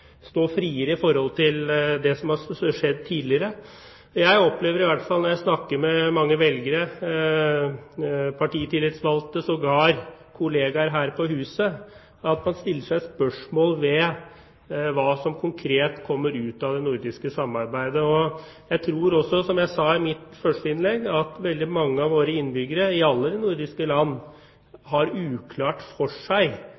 stå friere i forhold til det som har skjedd tidligere. Jeg opplever i hvert fall når jeg snakker med mange velgere, partitillitsvalgte, sågar kollegaer her på huset, at man stiller seg spørsmål om hva som konkret kommer ut av det nordiske samarbeidet. Jeg tror også, som jeg sa i mitt første innlegg, at veldig mange av våre innbyggere – i alle nordiske land – har uklart for seg